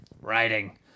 writing